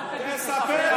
תספר הכול.